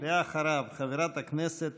אחריו, חברת הכנסת